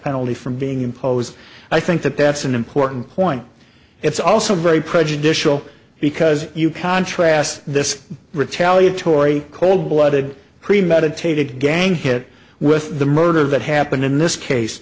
penalty from being imposed i think that that's an important point it's also very prejudicial because you contrast this retaliatory cold blooded premeditated gang hit with the murder that happened in this case